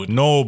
no